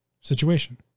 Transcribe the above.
situation